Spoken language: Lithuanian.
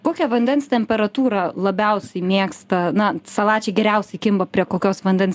kokią vandens temperatūrą labiausiai mėgsta na salačiai geriausiai kimba prie kokios vandens